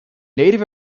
native